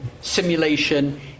simulation